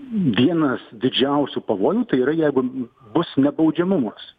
vienas didžiausių pavojų tai yra jeigu bus nebaudžiamumas